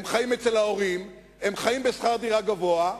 הם חיים אצל ההורים, הם חיים בשכר דירה גבוה,